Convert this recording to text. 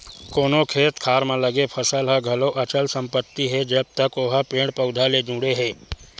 कोनो खेत खार म लगे फसल ह घलो अचल संपत्ति हे जब तक ओहा पेड़ पउधा ले जुड़े हे